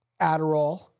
Adderall